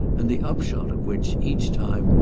and the upshot of which, each time,